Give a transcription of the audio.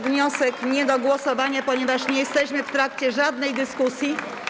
Wniosek nie do głosowania, ponieważ nie jesteśmy w trakcie żadnej dyskusji.